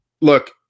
Look